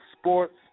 sports